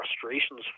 frustrations